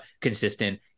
consistent